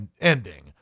ending